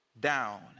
down